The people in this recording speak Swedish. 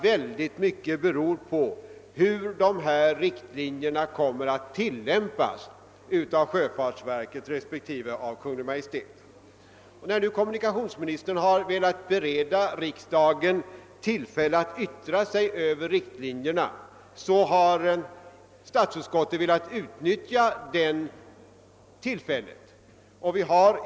Väldigt mycket beror naturligtvis på hur riktlinjerna kommer att tillämpas av sjöfartsverket respektive Kungl. Maj:t. När nu kommunikationsministern har velat bereda riksdagen tillfälle att yttra sig över riktlinjerna, har statsutskottet velat utnyttja det tillfället.